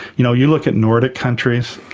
you know, you look at nordic countries,